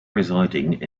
residing